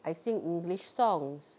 I sing english songs